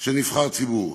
של נבחר ציבור.